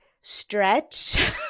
stretch